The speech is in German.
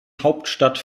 hauptstadt